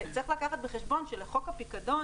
וצריך לקחת בחשבון שחוק הפיקדון